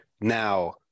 now